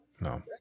No